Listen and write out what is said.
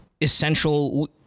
essential